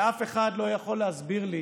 אף אחד לא יכול להסביר לי